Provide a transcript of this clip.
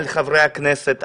על חברי הכנסת,